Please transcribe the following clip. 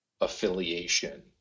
affiliation